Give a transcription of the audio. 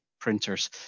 printers